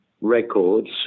records